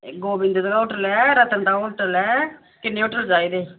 गोविंद दा होटल ऐ रतन दा होटल ऐ किन्ने होटल चाहिदे